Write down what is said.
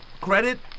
credit